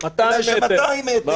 אלא של 200 מטר.